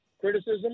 criticism